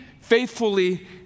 faithfully